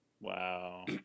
Wow